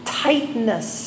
tightness